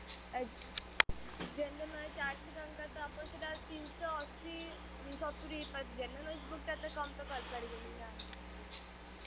ଆଜ୍ଞା general knowledge ଚାରି ଶହ ଟଙ୍କା ତ ଆପଣ ସେଇଟା ତିନିଶହ ଅଶୀ ସତୁରୀ ହୋଇ ପାରିବ ଜେନେରାଲ୍ ନଲେଜ୍ ବୁକ୍ଟା ଏତେ କମ୍ ତ କରି ପାରିବୁନି ନା